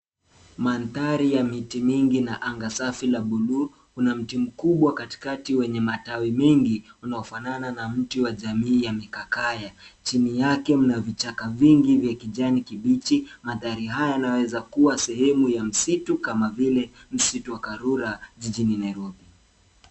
Mandhari ya miti mingi na anga safi la blue . Kuna mti mkubwa katikati wenye matawi mengi, unaofanana na mti wa jamii ya mikakaya. Chini yake mna vichaka vingi vya kijani kibichi. Mandhari haya yanaweza kua sehemu ya msitu kama vile, msitu wa Karura jijini Nairobi.